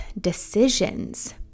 decisions